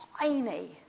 tiny